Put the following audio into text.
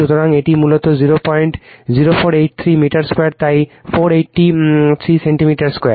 সুতরাং এটি মূলত 00483 মিটার2 তাই 483 সেন্টিমিটার2